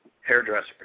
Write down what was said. hairdresser